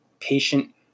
patient